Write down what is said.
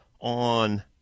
on